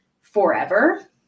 forever